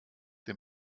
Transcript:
dem